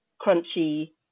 crunchy